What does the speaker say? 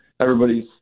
everybody's